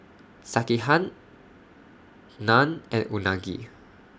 Sekihan Naan and Unagi